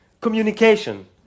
communication